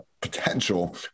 potential